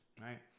Right